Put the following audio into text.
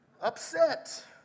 upset